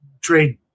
trade